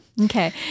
Okay